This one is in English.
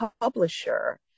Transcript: publisher